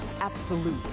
absolute